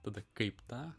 tada kaip tą